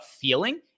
feeling